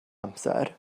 amser